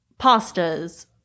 pastas